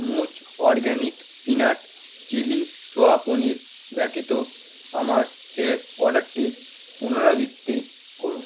মুজ organic peanut chilli soya paneer ব্যতীত আমার শেষ অর্ডারটির পুনরাবৃত্তি করুন